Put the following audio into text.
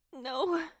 No